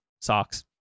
socks